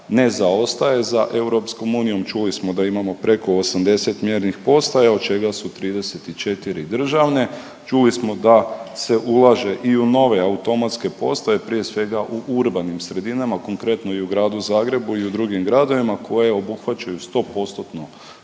ne zaostaje za EU, čuli smo da imamo preko 80 mjernih postaja, od čega su 34 državne. Čuli smo da se ulaže i u nove automatske postaje, prije svega u urbanim sredinama, konkretno i u gradu Zagrebu i u drugim gradovima koje obuhvaćaju stopostotno